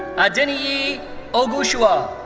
adenyi ogunsua.